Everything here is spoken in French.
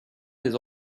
les